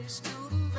student